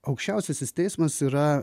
aukščiausiasis teismas yra